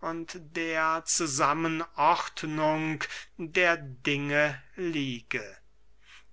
und der zusammenordnung der dinge liege